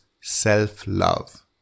self-love